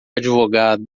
advogado